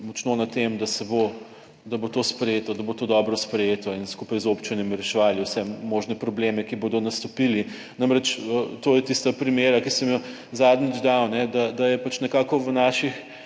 bo to sprejeto, da bo to dobro sprejeto in skupaj z občinami reševali vse možne probleme, ki bodo nastopili. Namreč, to je tista primera, ki sem jo zadnjič dal, da je pač nekako v naših,